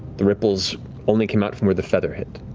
the ripples only came out from where the feather hit.